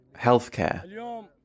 healthcare